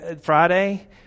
Friday